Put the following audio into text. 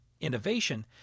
innovation